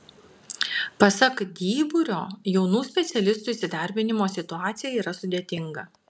pasak dyburio jaunų specialistų įsidarbinimo situacija yra sudėtinga